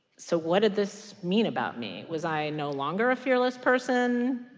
so what did this mean about me? was i no longer a fearless person?